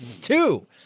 Two